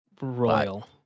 Royal